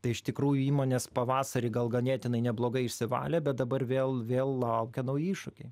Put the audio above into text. tai iš tikrųjų įmonės pavasarį gal ganėtinai neblogai išsivalė bet dabar vėl vėl laukia nauji iššūkiai